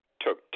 took